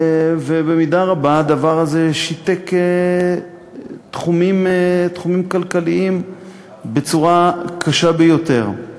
ובמידה רבה הדבר הזה שיתק תחומים כלכליים בצורה קשה ביותר.